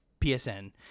PSN